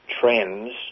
trends